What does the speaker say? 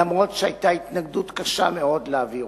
אף-על-פי שהיתה התנגדות קשה מאוד להעברתה.